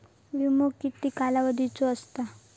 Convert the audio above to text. विमो किती कालावधीचो असता?